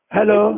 Hello